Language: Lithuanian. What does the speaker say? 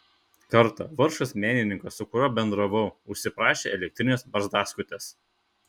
kartą vargšas menininkas su kuriuo bendravau užsiprašė elektrinės barzdaskutės